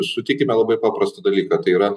sutikime labai paprastą dalyką tai yra